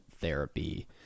Therapy